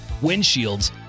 windshields